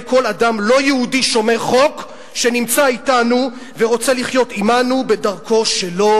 כל אדם לא-יהודי שומר חוק שנמצא אתנו ורוצה לחיות עמנו בדרכו שלו,